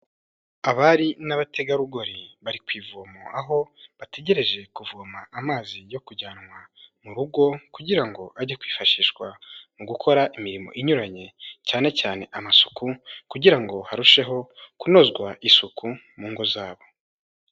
Abari n'abategarugori bari ku ivomo, aho bategereje kuvoma amazi yo kujyanwa mu rugo, kugira ngo ajye kwifashishwa mu gukora imirimo inyuranye, cyane cyane amasuku, kugira ngo harusheho kunozwa isuku, mu ngo zabo.